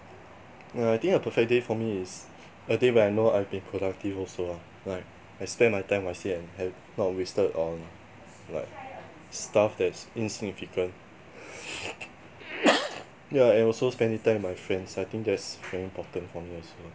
err I think a perfect day for me is a day where I know I've been productive also lah like I spend my time wisely and have not wasted on like stuff that's insignificant yeah and also spending time with my friends I think that's very important for me also